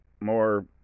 more